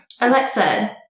Alexa